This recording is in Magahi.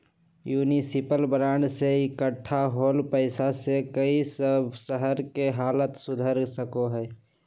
युनिसिपल बांड से इक्कठा होल पैसा से कई शहर के हालत सुधर सका हई